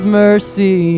mercy